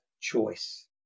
choice